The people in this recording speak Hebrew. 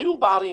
היו פערים.